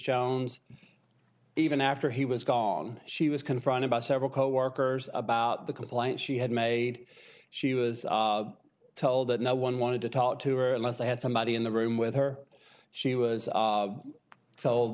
jones even after he was gone she was confronted by several coworkers about the complaint she had made she was told that no one wanted to talk to or unless they had somebody in the room with her she was